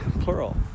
plural